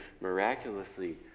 miraculously